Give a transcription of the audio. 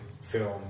film